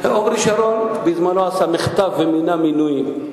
עמרי שרון בזמנו עשה מחטף ומינה מינויים.